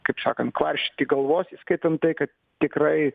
kaip sakant kvaršinti galvos įskaitant tai kad tikrai